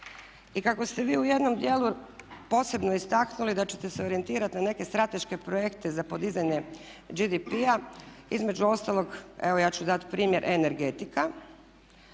I kako ste vi u jednom dijelu posebno istaknuli da ćete se orijentirati na neke strateške projekte za podizanje BDP-a između ostalog evo ja ću dati primjer energetika,